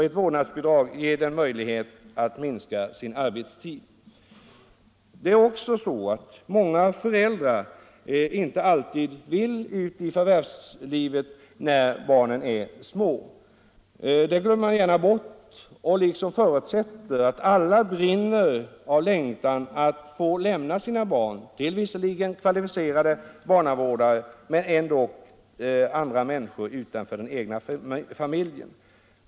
Ett vårdnadsbidrag ger dem möjlighet att minska sin arbetstid. Det är många föräldrar som faktiskt inte vill ut i förvärvslivet när de har små barn. Detta glömmer man ofta bort, och man förutsätter liksom att alla brinner av längtan att få lämna sina barn till visserligen kvalificerade barnavårdare men ändå till människor utanför den egna familjen.